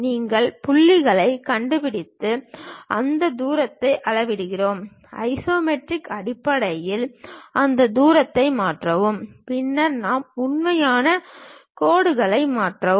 நாங்கள் புள்ளிகளைக் கண்டுபிடித்து அந்த தூரத்தை அளவிடுகிறோம் ஐசோமெட்ரிக் அடிப்படையில் அந்த தூரத்தை மாற்றவும் பின்னர் நாம் உண்மையான கோடுகளாக மாற்றுவோம்